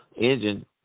engine